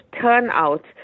turnout